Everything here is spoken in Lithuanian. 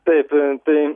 taip tai